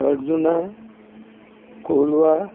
Anjuna Colva